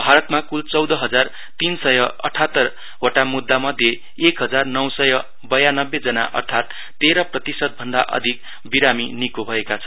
भारतमा कुल चौध हजार तीन सय अठातरवटा मुद्दा मध्य एक हजार नौं सय बयानब्बे जना अर्थात तेर प्रतिशत भन्दा अधिक विरामी निको भएका छन्